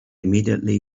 immediately